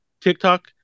TikTok